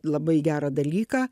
labai gerą dalyką